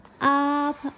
up